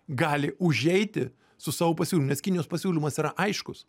gali užeiti su savo pasiūlymai nes kinijos pasiūlymas yra aiškus